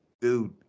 Dude